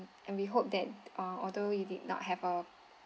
and we hope that uh although you did not have our